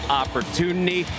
opportunity